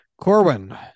Corwin